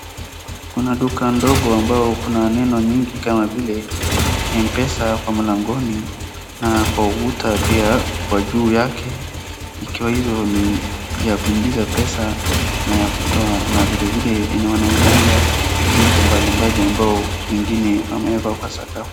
Kuna duka ndogo ambayo kuna neno nyingi kama vile Mpesa kwa mlangoni na kwa ukuta pia kwa juu yake ikiwa hizo ni pia kuingiza pesa na ya kutoa. Na vilevile wanauzanga vitu mbalimbali ambao wengine wamewekwa kwa sakafu.